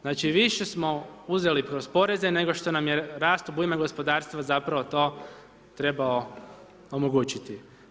Znači, više smo uzeli kroz poreze nego što nam je rast obujma gospodarstva zapravo to trebao omogućiti.